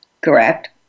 Correct